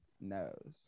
knows